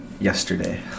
yesterday